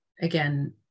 again